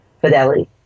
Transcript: fidelity